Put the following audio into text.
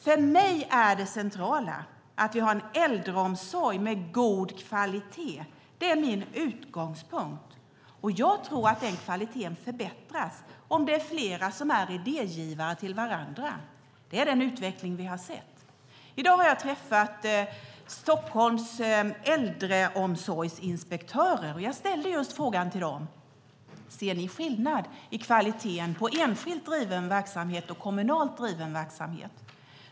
För mig är det centrala att vi har en äldreomsorg med god kvalitet. Det är min utgångspunkt. Jag tror att kvaliteten förbättras om det är flera som är idégivare till varandra, och det är den utveckling vi har sett. I dag har jag träffat Stockholms äldreomsorgsinspektörer, och jag frågade dem just om de ser skillnad i kvaliteten på enskilt driven verksamhet och kommunalt driven verksamhet.